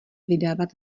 vydávat